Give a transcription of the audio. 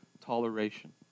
toleration